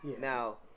now